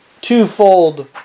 twofold